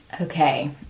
Okay